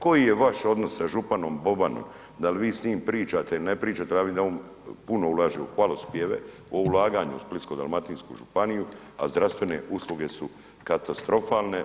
Koji je vaš odnos sa županom Bobanom, da li vi s njim pričate ili ne pričate, ja visim da on puno ulaže u hvalospjeve, o ulaganju u Splitsko-dalmatinsku županiju a zdravstvene usluge su katastrofalne.